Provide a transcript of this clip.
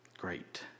Great